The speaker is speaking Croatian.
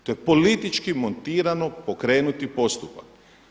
To je politički montirano pokrenuti postupak.